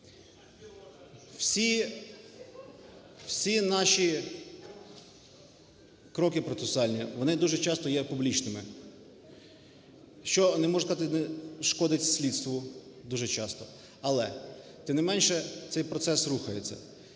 всі наші кроки процесуальні, вони дуже часто є публічними, що, можна сказати, шкодить слідству дуже часто. Але, тим не менше, цей процес рухається.